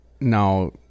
now